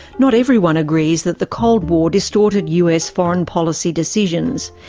not everyone agrees that the cold war distorted us foreign policy decisions.